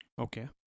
Okay